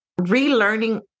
relearning